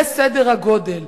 זה סדר הגודל,